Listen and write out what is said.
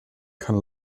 kann